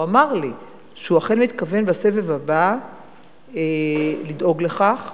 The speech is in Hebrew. והוא אמר לי שהוא אכן מתכוון בסבב הבא לדאוג לכך